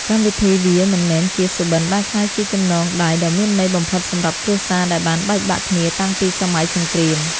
កម្មវិធីវាមិនមែនជាសុបិនបានក្លាយជាចំណងដៃដ៏មានន័យបំផុតសម្រាប់គ្រួសារដែលបានបែកបាក់គ្នាតាំងពីសម័យសង្រ្គាម។